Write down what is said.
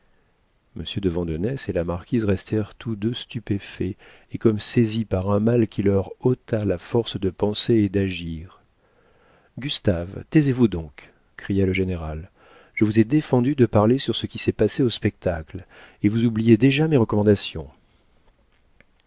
de vandenesse et la marquise restèrent tous deux stupéfaits et comme saisis par un mal qui leur ôta la force de penser et d'agir gustave taisez-vous donc cria le général je vous ai défendu de parler sur ce qui s'est passé au spectacle et vous oubliez déjà mes recommandations